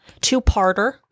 Two-parter